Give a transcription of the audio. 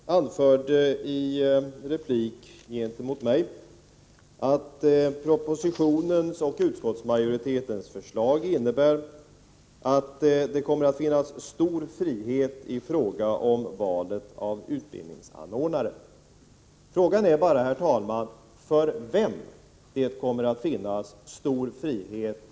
Herr talman! Sören Häggroth sade i sin replik till mig att ett genomförande av propositionens och utskottsmajoritetens förslag kommer att medge stor frihet i fråga om valet av utbildningsanordnare. Frågan, herr talman, är bara för vem det kommer att finnas stor frihet.